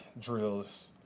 drills